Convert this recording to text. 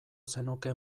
zenuke